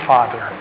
Father